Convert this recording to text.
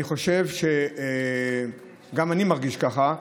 גם אני מרגיש ככה,